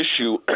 issue